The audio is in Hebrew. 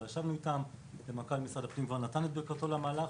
ישבנו איתם ומנכ"ל משרד הפנים כבר נתן את ברכתו למהלך.